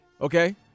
Okay